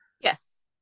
Yes